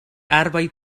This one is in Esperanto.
arboj